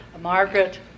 Margaret